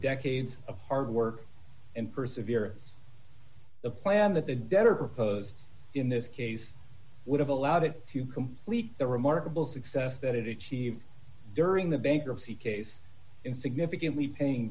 decades of hard work and perseverance a plan that the debtor proposed in this case would have allowed it to complete the remarkable success that it cheve during the bankruptcy case in significantly paying